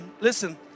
Listen